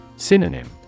Synonym